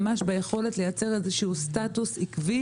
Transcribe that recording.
ממש ביכולת לייצר איזשהו סטטוס עקבי